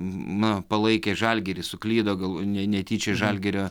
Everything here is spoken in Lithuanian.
na palaikė žalgirį suklydo gal ne netyčia žalgirio